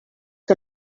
que